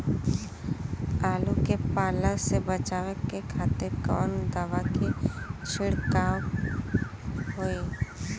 आलू के पाला से बचावे के खातिर कवन दवा के छिड़काव होई?